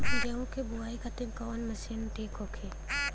गेहूँ के बुआई खातिन कवन मशीन ठीक होखि?